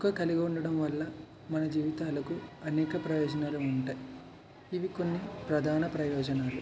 కుక్క కలిగి ఉండడం వల్ల మన జీవితాలకు అనేక ప్రయోజనాలు ఉంటాయి ఇవి కొన్ని ప్రధాన ప్రయోజనాలు